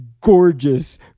gorgeous